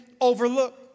overlook